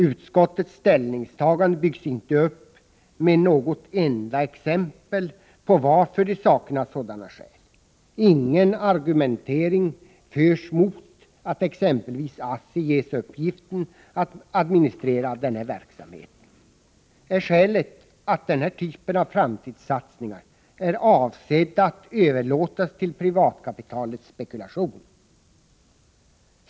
Utskottets ställningstagande byggs inte ut med något enda exempel av vilket framgår varför det saknas sådana skäl. Ingen argumentering förs mot att exempelvis ASSI ges i uppgift att administrera den här verksamheten. Är skälet att den här typen av framtidssatsningar är avsedd att överlåtas till privatkapitalets spekulation?